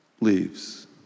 leaves